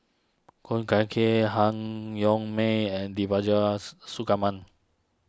Khoo Gai Kay Han Yong May and Devagi